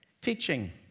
teaching